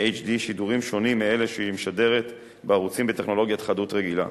HD שידורים שונים מאלו שהיא משדרת בערוצים בטכנולוגיית חדות רגילה.